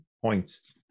points